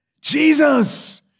Jesus